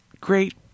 great